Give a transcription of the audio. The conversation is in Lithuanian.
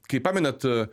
kai pamenat